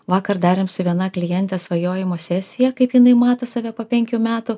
vakar darėm su viena kliente svajojimo sesiją kaip jinai mato save po penkių metų